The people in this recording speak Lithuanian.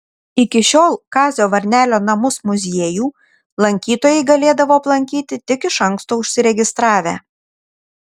iki šiol kazio varnelio namus muziejų lankytojai galėdavo aplankyti tik iš anksto užsiregistravę